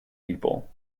people